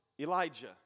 Elijah